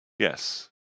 Yes